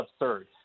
absurd